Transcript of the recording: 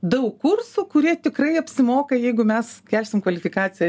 daug kursų kurie tikrai apsimoka jeigu mes kelsim kvalifikaciją